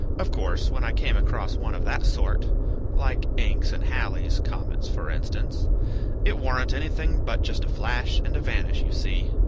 of course when i came across one of that sort like encke's and halley's comets, for instance it warn't anything but just a flash and a vanish, you see.